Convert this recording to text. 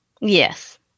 Yes